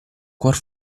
cuor